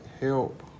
help